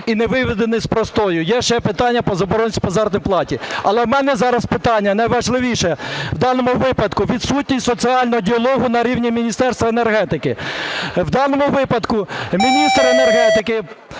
і не виведені з простою. Є ще питання по заборгованості по заробітній платі. Але в мене зараз питання найважливіше в даному випадку - відсутність соціального діалогу на рівні Міністерства енергетики. В даному випадку міністр енергетики